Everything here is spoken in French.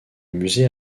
musée